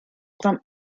grant